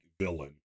villain